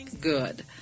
good